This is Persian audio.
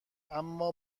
اما